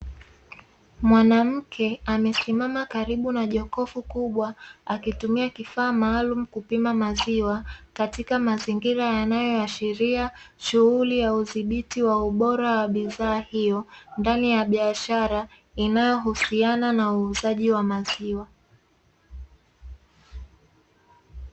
Mwanamke amesimama karibu na jokofu kubwa akitumia vifaa maalumu kupima maziwa, katika mazingira yanayoashiria shughuli ya udhibiti wa ubora wa bidhaa hiyo, ndani ya biashara inayohusiana na uuzaji wa maziwa.